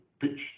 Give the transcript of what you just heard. pitched